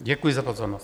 Děkuji za pozornost.